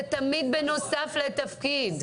זה תמיד בנוסף לתפקיד.